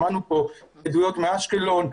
שמענו כאן עדויות מאשקלון.